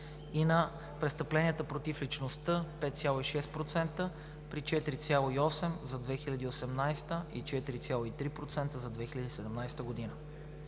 и на престъпленията против личността – 5,6%, при 4,8% за 2018 г. и 4,3% за 2017 г.